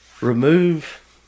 remove